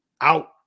Out